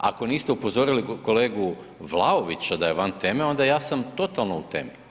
Ako niste upozorili kolegu Vlaovića da je van teme onda ja sam totalno u temi.